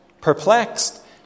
perplexed